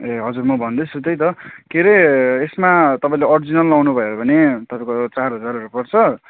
ए हजुर म भन्दैछु त्यही त के अरे यसमा तपाईँले ओरिजिनल लगाउनु भयो भने तपाईँको चार हजारहरू पर्छ